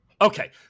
Okay